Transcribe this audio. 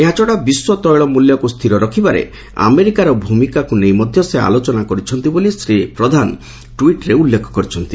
ଏହାଛଡ଼ା ବିଶ୍ୱ ତୈଳ ମୂଲ୍ୟକୁ ସ୍ଥିର ରଖିବାରେ ଆମେରିକାର ଭୃମିକା ନେଇ ମଧ୍ଧ ସେ ଆଲୋଚନା କରିଛନ୍ତି ବୋଲି ଶ୍ରୀ ପ୍ରଧାନମନ୍ତୀ ଟ୍ୱିଟ୍ରେ ଉଲ୍ଲେଖ କରିଛନ୍ତି